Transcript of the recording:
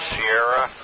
Sierra